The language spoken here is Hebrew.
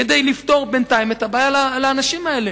כדי לפתור בינתיים את הבעיה לאנשים האלה.